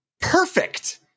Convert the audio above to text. perfect